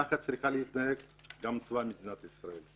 ככה צריך להתנהג גם צבא מדינת ישראל.